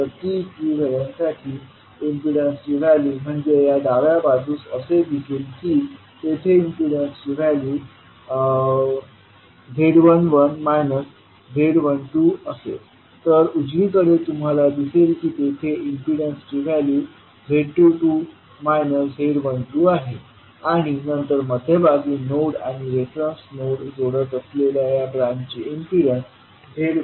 तर T equivalent साठी इम्पीडन्सची व्हॅल्यू म्हणजे या डाव्या बाजूस असे दिसेल की तेथे इम्पीडन्सची व्हॅल्यू z11 z12 असेल तर उजवीकडे तुम्हाला दिसेल की तेथे इम्पीडन्सची व्हॅल्यू z22 z12 आहे आणि नंतर मध्यभागी असलेल्या नोड आणि रेफरन्स नोडला जोडत असलेल्या या ब्रांचचे इम्पीडन्स z12आहे